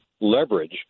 leverage